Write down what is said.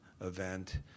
event